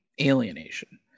alienation